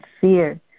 fear